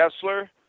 Kessler